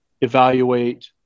evaluate